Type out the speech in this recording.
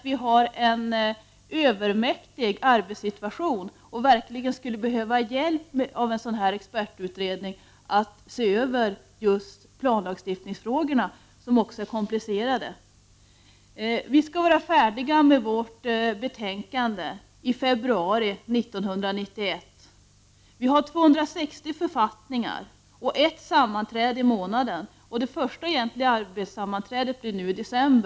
Vi har en övermäktig arbetssituation och skulle verkligen behöva ha hjälp av en expertutredning när det gäller att se över just planlagstiftningsfrågorna som är komplicerade. Vår utredning skall vara färdig med sitt betänkande i februari 1991. Det handlar om 260 författningar. Utredningen har ett sammanträde i månaden, och det första egentliga arbetssammanträdet blir nu i december.